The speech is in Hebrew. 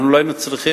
אנחנו לא היינו צריכים,